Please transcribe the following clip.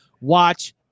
watch